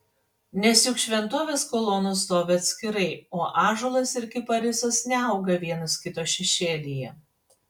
nes juk šventovės kolonos stovi atskirai o ąžuolas ir kiparisas neauga vienas kito šešėlyje